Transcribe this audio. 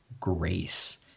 grace